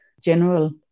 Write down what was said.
general